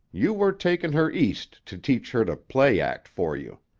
you were takin' her east to teach her to play-act for you.